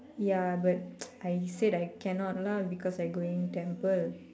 ya but I said I cannot lah because I going temple